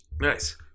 Nice